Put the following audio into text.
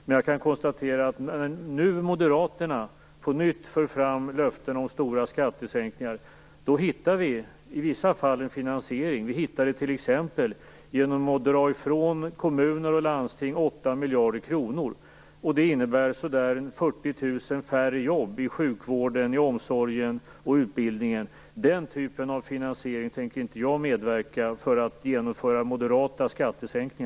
Men jag kan konstatera att när Moderaterna nu på nytt för fram löften om stora skattesänkningar kan man i vissa fall hitta en finansiering - t.ex. genom att dra 8 miljarder kronor ifrån kommuner och landsting. Det innebär så där en 40 000 färre jobb i sjukvården, omsorgen och utbildningen. Den typen av finansiering för att genomföra moderata skattesänkningar tänker inte jag medverka till.